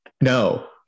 no